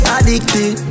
Addicted